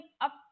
up